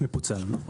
ופוצל, נכון.